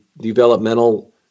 developmental